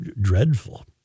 dreadful